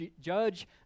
judge